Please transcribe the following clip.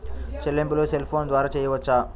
చెల్లింపులు cell phone ద్వారా చేయవచ్చా?